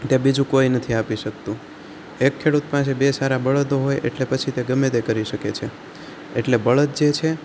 તે બીજું કોઈ નથી આપી શકતું એક ખેડૂત પાસે બે સારા બળદો હોય એટલે પછી તે ગમે તે કરી શકે છે એટલે બળદ જે છે